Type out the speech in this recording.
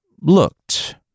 looked